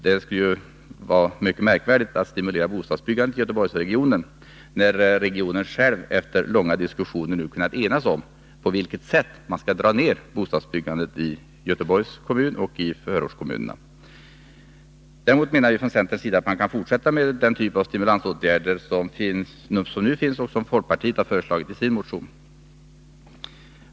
Det är mycket märkvärdigt att stimulera bostadsbyggandet i Göteborgsregionen, när regionen själv efter långa diskussioner nu kunnat enas om på vilket sätt man skall dra ner bostadsbyggandet i Göteborgs kommun och i förortskommunerna. Däremot menar vi från centerns sida att man kan fortsätta med den typ av stimulansåtgärder som nu finns och sådana som folkpartiet har föreslagit i sin motion.